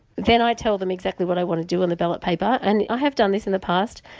then i tell them exactly what i want to do on the ballot paper and i have done this in the past,